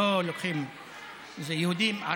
זה חצץ קטן,